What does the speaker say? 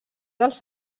dels